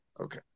Okay